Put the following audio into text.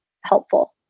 helpful